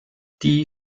die